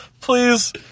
Please